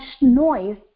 noise